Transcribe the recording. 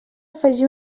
afegir